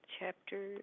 Chapter